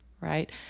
right